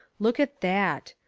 look at that.